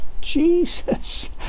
jesus